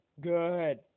Good